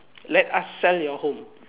let us sell your home